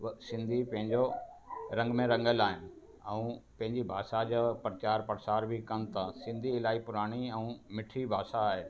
सिंधी पंहिंजो रंग में रंगियल आहिनि ऐं पंहिंजी भाषा जो प्रचार प्रसार बि कनि था सिंधी इलाही पुराणी ऐं मिठी भाषा आहे